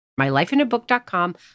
MyLifeInABook.com